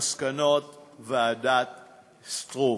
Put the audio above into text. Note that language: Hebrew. למסקנות ועדת שטרום.